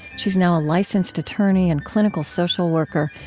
she is now a licensed attorney and clinical social worker,